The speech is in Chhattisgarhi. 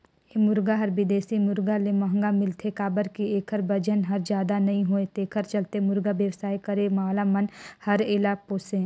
ए मुरगा हर बिदेशी मुरगा ले महंगा मिलथे काबर कि एखर बजन हर जादा नई होये तेखर चलते मुरगा बेवसाय करे वाला मन हर एला पोसे